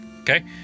Okay